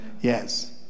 Yes